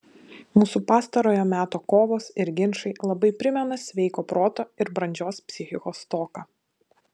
mūsų pastarojo meto kovos ir ginčai labai primena sveiko proto ir brandžios psichikos stoką